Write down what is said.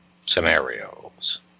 scenarios